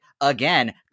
again